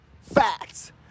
facts